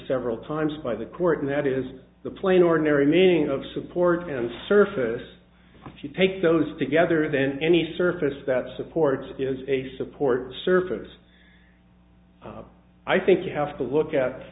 several times by the court and that is the plain ordinary meaning of support and surface if you take those together then any surface that supports is a support surface i think you have to look at